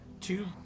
two